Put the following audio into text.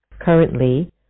currently